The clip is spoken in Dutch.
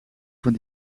van